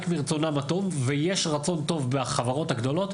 מרצונם הטוב ויש רצון טוב בחברות הגדולות,